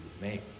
make